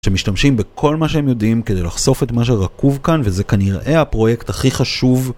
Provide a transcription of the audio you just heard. שמשתמשים בכל מה שהם יודעים כדי לחשוף את מה שרקוב כאן וזה כנראה הפרויקט הכי חשוב